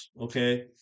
okay